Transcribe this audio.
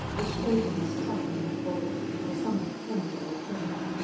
which gave them a strikingly bold and somewhat formidable appearance.